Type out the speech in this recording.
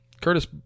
Curtis